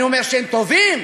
אני אומר שהם טובים,